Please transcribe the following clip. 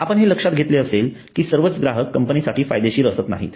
आपण हे लक्षात घेतले असेल की सर्वच ग्राहक कंपनीसाठी फायदेशीर असत नाहीत